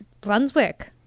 Brunswick